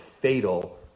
fatal